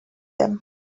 them